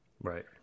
Right